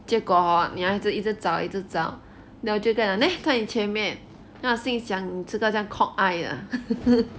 结果 hor 你还一直找一直找 then 我就讲 meh 在你前面 then 我心想你这个这样 cock eye 的